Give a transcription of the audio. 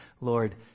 Lord